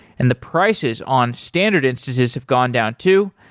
and the prices on standard instances have gone down too.